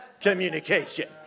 communication